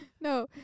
No